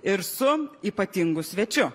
ir su ypatingu svečiu